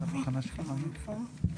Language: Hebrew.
(הצגת מצגת)